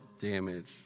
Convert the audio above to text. damage